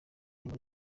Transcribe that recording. muri